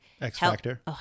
X-Factor